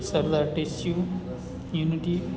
સરદાર ટેસયુ યુનિટી